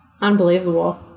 Unbelievable